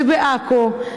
זה בעכו,